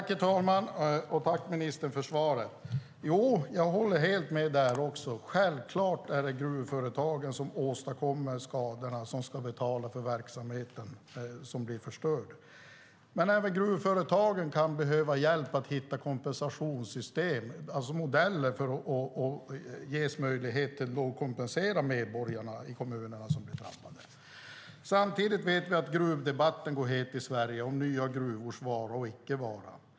Herr talman! Jag tackar ministern för svaret. Jag håller helt med. Självklart är det gruvföretagen som åstadkommer skadorna som ska betala för verksamheten som blir förstörd. Men även gruvföretagen kan behöva hjälp att hitta kompensationssystem, alltså modeller för att ges möjlighet att kompensera medborgarna i de kommuner som blir drabbade. Samtidigt vet vi att gruvdebatten går het i Sverige om nya gruvors vara och icke vara.